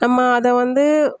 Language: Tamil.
நம்ம அதை வந்து